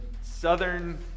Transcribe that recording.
Southern